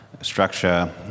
Structure